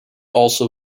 also